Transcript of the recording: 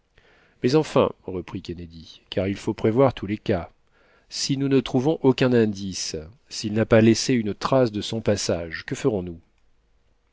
mais enfin reprit kennedy car il faut prévoir tous les cas si nous ne trouvons aucun indice s'il n'a pas laissé une trace de son passage que ferons-nous